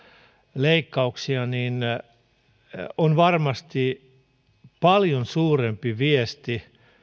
leikkauksia on varmasti paljon suurempi viesti